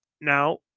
now